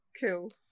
cool